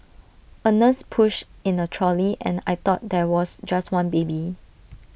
A nurse pushed in A trolley and I thought there was just one baby